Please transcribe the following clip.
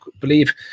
believe